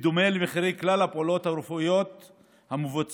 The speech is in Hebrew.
בדומה למחירי כלל הפעולות הרפואיות המבוצעות